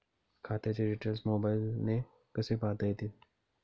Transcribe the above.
खात्याचे डिटेल्स मोबाईलने कसे पाहता येतील?